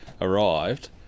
arrived